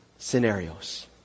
Scenarios